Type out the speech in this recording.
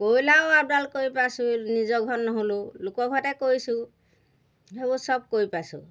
ব্ৰইলাৰো আপডাল কৰি পাইছোঁ নিজৰ ঘৰত নহ'লেও লোকৰ ঘৰতে কৰিছোঁ সেইবোৰ সব কৰি পাইছোঁ